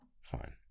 Fine